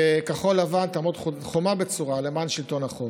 וכחול לבן תעמוד כחומה בצורה למען שלטון החוק.